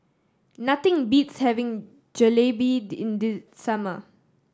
nothing beats having Jalebi in the summer